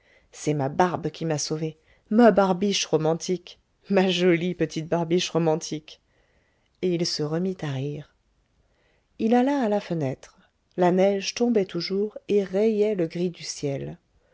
c'est ma barbe qui m'a sauvé ma barbiche romantique ma jolie petite barbiche romantique et il se remit à rire il alla à la fenêtre la neige tombait toujours et rayait le gris du ciel